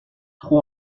trop